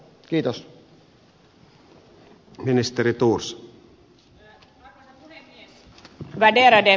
arvoisa puhemies värderade talman